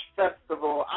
festival